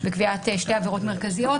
וקביעת שתי עבירות מרכזיות,